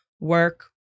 work